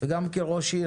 וגם כראש עיר,